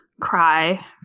cry